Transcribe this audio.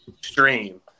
stream